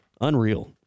Unreal